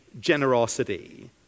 generosity